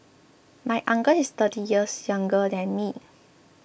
my uncle is thirty years younger than me